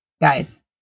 guys